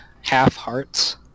half-hearts